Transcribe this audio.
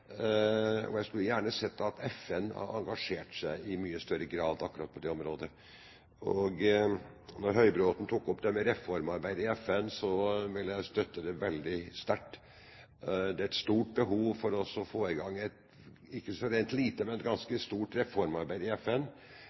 og jeg skulle gjerne sett at FN engasjerte seg i mye større grad akkurat på dette området. Høybråten tok opp reformarbeidet i FN. Det vil jeg støtte veldig sterkt, det er stort behov for å få i gang et ikke så rent lite, men ganske stort, reformarbeid i FN.